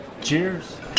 Cheers